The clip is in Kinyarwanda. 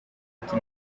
ati